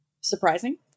surprising